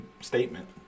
statement